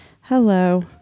Hello